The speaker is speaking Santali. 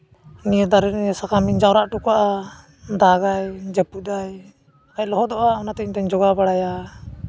ᱱᱤᱭᱟᱹ ᱫᱟᱨᱮ ᱨᱮᱭᱟᱜ ᱥᱟᱠᱟᱢᱤᱧ ᱡᱟᱣᱨᱟ ᱦᱚᱴᱚ ᱠᱟᱜᱼᱟ ᱫᱟᱜᱽᱼᱟᱭ ᱡᱟᱹᱯᱩᱫᱟᱭ ᱵᱟᱭ ᱞᱚᱦᱚᱫᱚᱜᱼᱟ ᱚᱱᱟᱛᱮ ᱤᱧᱫᱩᱧ ᱡᱚᱜᱟᱣ ᱵᱟᱲᱟᱭᱟ